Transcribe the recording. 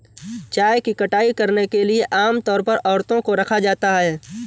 चाय की कटाई करने के लिए आम तौर पर औरतों को रखा जाता है